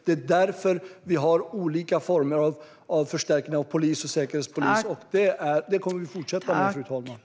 Det är därför vi har olika former av förstärkning av polis och säkerhetspolis, och det kommer vi att fortsätta med.